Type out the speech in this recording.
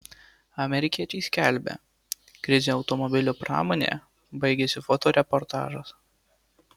amerikiečiai skelbia krizė automobilių pramonėje baigėsi fotoreportažas